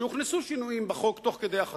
שהוכנסו שינויים בחוק תוך כדי החקיקה.